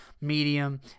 medium